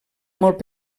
molt